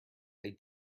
they